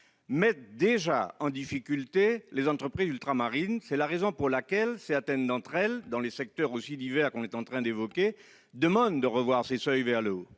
met déjà en difficulté les entreprises ultramarines. C'est la raison pour laquelle certaines d'entre elles, dans les secteurs très divers que l'on est en train d'évoquer, demandent à revoir ces seuils à la hausse.